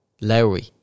Lowry